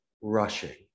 rushing